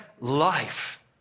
life